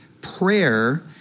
prayer